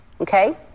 Okay